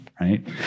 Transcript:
right